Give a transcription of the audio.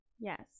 yes